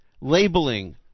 labeling